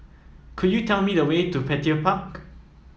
could you tell me the way to Petir Park